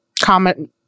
comment